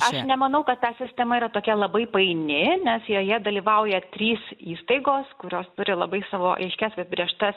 aš nemanau kad ta sistema yra tokia labai paini nes joje dalyvauja trys įstaigos kurios turi labai savo aiškias apibrėžtas